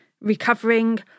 recovering